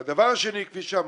והדבר השני, כפי שאמרת,